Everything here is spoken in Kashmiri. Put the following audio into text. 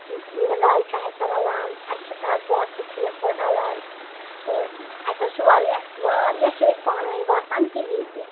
مِزاج چھُ اَسہِ رَلان اَسہِ چھِ کَتھ باتھ تہِ ٹھیٖک پٲٹھۍ رَلان تہٕ اَسہِ حظ چھُ واریاہ واریاہ چھِ أسۍ پانہٕ ؤنۍ باسان ہِوی تہِ